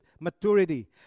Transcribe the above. Maturity